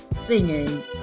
singing